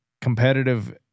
competitive